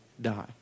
die